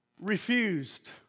refused